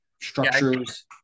structures